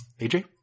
AJ